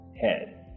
head